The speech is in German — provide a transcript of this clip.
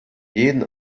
jeden